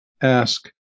Ask